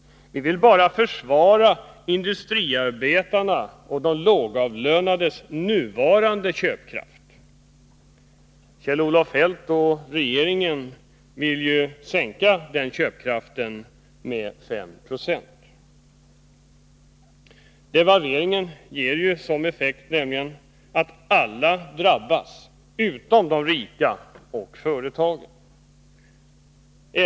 Vi vill bara försvara industriarbetarnas och de lågavlönades nuvarande köpkraft. Kjell-Olof Feldt och regeringen vill ju sänka denna köpkraft med 5 276. Devalveringen ger nämligen som effekt att alla drabbas — utom de rika och företagen.